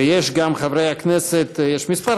ויש גם כמה חברי הכנסת שנרשמו.